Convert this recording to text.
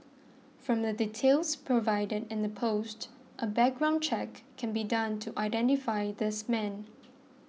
from the details provided in the post a background check can be done to identify this man